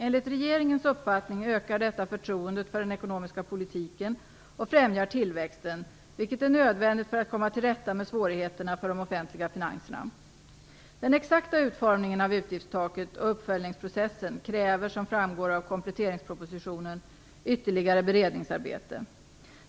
Enligt regeringens uppfattning ökar detta förtroendet för den ekonomiska politiken och främjar tillväxten, vilket är nödvändigt för att komma till rätta med svårigheterna med de offentliga finanserna. Den exakta utformningen av utgiftstaket och uppföljningsprocessen kräver, som framgår av kompletteringspropositionen, ytterligare beredningsarbete.